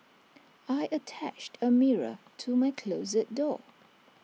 I attached A mirror to my closet door